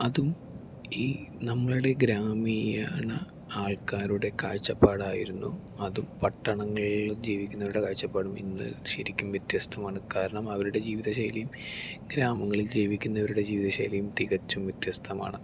അതും ഈ നമ്മുടെ ഗ്രാമീണ ആൾക്കാരുടെ കാഴ്ചപ്പാടായിരുന്നു അതും പട്ടണങ്ങളിൽ ജീവിക്കുന്നവരുടെ കാഴ്ചപ്പാടും ഇന്ന് ശരിക്കും വ്യത്യസ്തമാണ് കാരണം അവരുടെ ജീവിതശൈലിയും ഗ്രാമങ്ങളിൽ ജീവിക്കുന്നവരുടെ ജീവിതശൈലിയും തികച്ചും വ്യത്യസ്തമാണ്